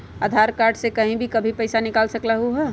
आधार card से कहीं भी कभी पईसा निकाल सकलहु ह?